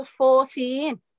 14